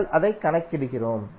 நாங்கள் அதை கணக்கிடுகிறோம்